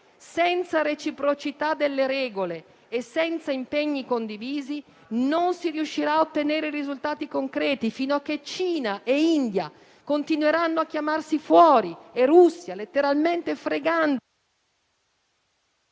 senza reciprocità delle regole e senza impegni condivisi non si riuscirà a ottenere risultati concreti fino a che Cina, India e Russia continueranno a chiamarsi fuori letteralmente fregandosene...